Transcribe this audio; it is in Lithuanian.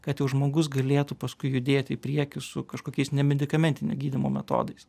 kad jau žmogus galėtų paskui judėt į priekį su kažkokiais nemedikamentinio gydymo metodais